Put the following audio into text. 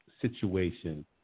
Situation